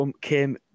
came